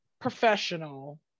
professional